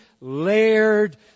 layered